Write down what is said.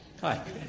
Hi